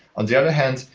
on the other hand,